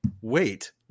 wait